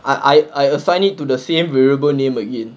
I I I assigned it to the same variable name again